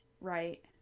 Right